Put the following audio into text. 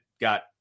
got